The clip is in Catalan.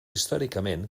històricament